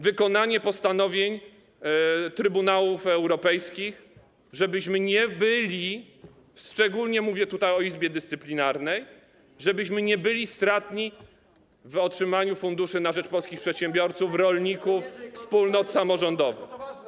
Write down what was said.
Wykonanie postanowień trybunałów europejskich, żebyśmy nie byli stratni - szczególnie mówię tutaj o Izbie Dyscyplinarnej - jeżeli chodzi o otrzymanie funduszy na rzecz polskich przedsiębiorców, rolników, wspólnot samorządowych.